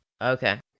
Okay